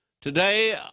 today